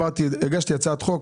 הגשתי הצעת חוק.